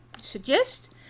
suggest